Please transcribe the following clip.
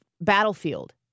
battlefield